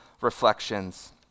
reflections